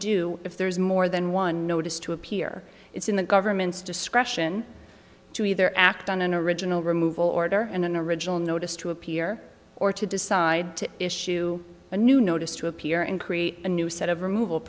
do if there is more than one notice to appear it's in the government's discretion to either act on an original removal order and an original notice to appear or to decide to issue a new notice to appear and create a new set of remo